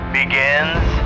begins